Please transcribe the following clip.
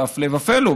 והפלא ופלא,